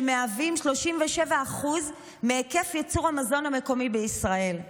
שהם 37% מהיקף ייצור המזון המקומי בישראל.